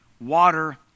water